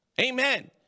Amen